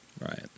Right